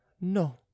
No